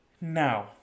Now